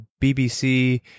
BBC